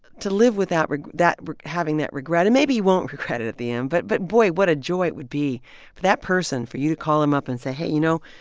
to live with that that having that regret and maybe you won't regret it at the end. but but boy, what a joy it would be for that person for you to call them up and say, hey, you know,